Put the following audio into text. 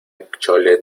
chole